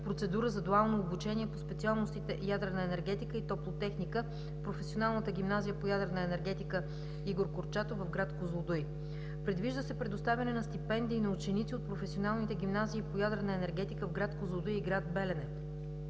процедура за дуално обучение по специалностите „Ядрена енергетика“ и „Топлотехника“ в Професионалната гимназия по ядрена енергетика „Игор Курчатов“ в град Козлодуй. Предвижда се предоставяне на стипендии на ученици от професионалните гимназии по ядрена енергетика в град Козлодуй и град Белене.